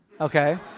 okay